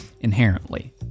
Inherently